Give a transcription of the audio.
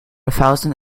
thousand